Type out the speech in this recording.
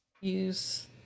use